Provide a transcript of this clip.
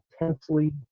intensely